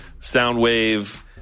Soundwave